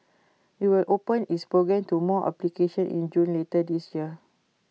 IT will open its program to more application in June later this year